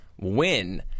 win